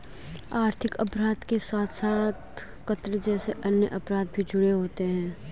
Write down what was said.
आर्थिक अपराध के साथ साथ कत्ल जैसे अन्य अपराध भी जुड़े होते हैं